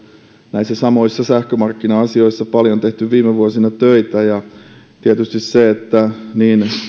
näissä samoissa sähkömarkkina asioissa tehneet viime vuosina paljon töitä tietysti niin